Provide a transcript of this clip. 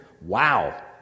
Wow